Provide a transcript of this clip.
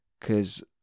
cause